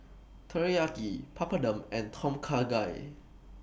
Teriyaki Papadum and Tom Kha Gai